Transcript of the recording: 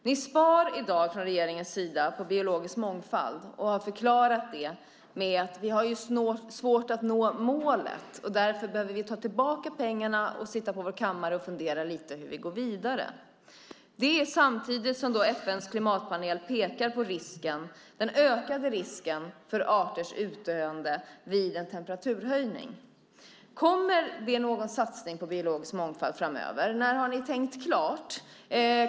Ni sparar i dag från regeringens sida på biologisk mångfald och har förklarat det med att ni har svårt att nå målet och därför behöver ta tillbaka pengarna och sitta på er kammare och fundera lite på hur ni ska gå vidare. Det sker samtidigt som FN:s klimatpanel pekar på den ökade risken för arters utdöende vid en temperaturhöjning. Kommer det någon satsning på biologisk mångfald framöver? När har ni tänkt klart?